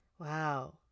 Wow